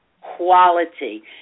quality